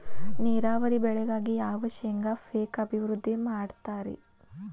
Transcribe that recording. ನೇರಾವರಿ ಬೆಳೆಗಾಗಿ ಯಾವ ಶೇಂಗಾ ಪೇಕ್ ಅಭಿವೃದ್ಧಿ ಮಾಡತಾರ ರಿ?